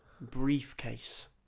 briefcase